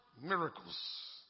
miracles